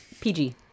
PG